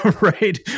Right